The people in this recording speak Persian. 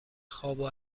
خوابو